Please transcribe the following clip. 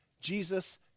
Jesus